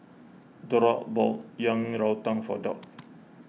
Derald bought Yang Rou Tang for Doc